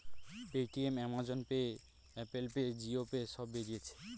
Paytm, Amazon pay, Apple pay, Jio pay সব বেরিয়েছে